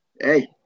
hey